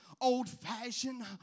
old-fashioned